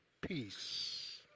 peace